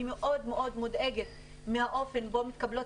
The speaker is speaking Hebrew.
אני מאוד מאוד מודאגת מהאופן בו מתקבלות